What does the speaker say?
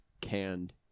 canned